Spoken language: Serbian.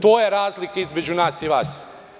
To je razlika između nas i vas.